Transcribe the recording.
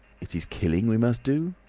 it is killing we must do,